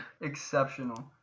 Exceptional